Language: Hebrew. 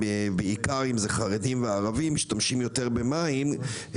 בעיקר אם זה חרדים וערבים משתמשים יותר במים.